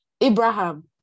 Abraham